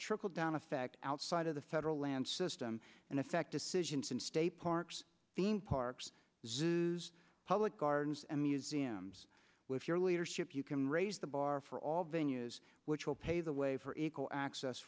trickle down effect outside of the federal land system and the fact decisions in state parks theme parks zoos public gardens and museums with your leadership you can raise the bar for all venues which will pave the way for equal access